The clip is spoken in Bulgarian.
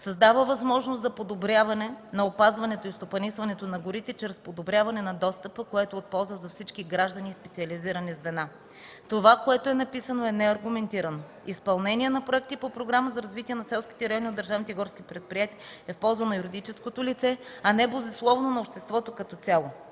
Създава възможност за подобряване на опазването и стопанисването на горите чрез подобряване на достъпа, което е от полза за всички граждани и специализирани звена. Това, което е написано, е неаргументирано. Изпълнението на проекти по Програма за развитие на селските райони от държавните горски предприятия е в полза на юридическото лице, а не безусловно на обществото като цяло.